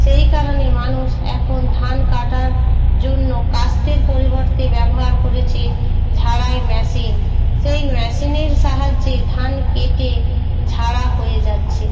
সেই কারণে মানুষ এখন ধান কাটার জন্য কাস্তের পরিবর্তে ব্যবহার করেছে ঝাড়াই মেশিন সেই মেশিনের সাহায্যে ধান কেটে ঝাড়া হয়ে যাচ্ছে